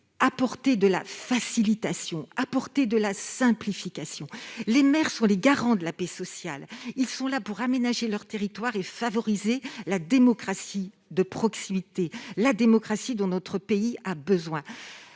Apportez de la facilitation, de la simplification ! Les maires sont les garants de la paix sociale. Ils sont là pour aménager leur territoire et favoriser la démocratie de proximité, une démocratie dont notre pays a besoin.